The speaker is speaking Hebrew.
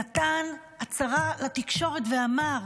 נתן הצהרה לתקשורת ואמר: